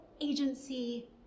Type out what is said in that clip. agency